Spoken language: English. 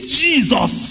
jesus